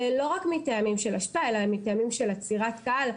לא רק מטעמים של אשפה אלא מטעמים של עצירת קהל.